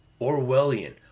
Orwellian